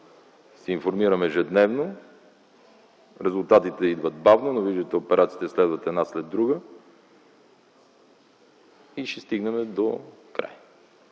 се информирам ежедневно. Резултатите идват бавно, но, виждате, операциите следват една след друга и ще стигнем докрай.